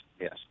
Yes